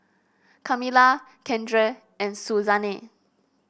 Kamila Keandre and Suzanne